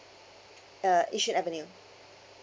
uh yishun avenue